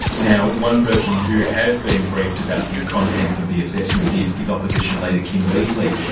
now one person who has been briefed about the contents of the assessment is is opposition leader kim beazley.